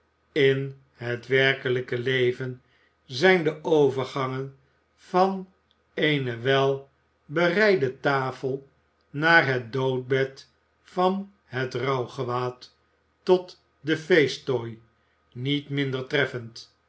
in het werkelijke leven zijn de overgangen van eene welbereide tafel naar het doodbed van het rouwgewaad tot den feesttooi niet minder treffend